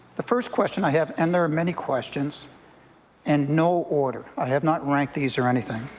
the first question i have and there are many questions and no order i have not ranked these or anything,